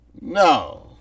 No